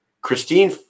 Christine